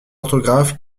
orthographe